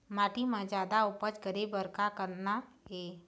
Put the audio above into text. माटी म जादा उपज करे बर का करना ये?